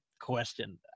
question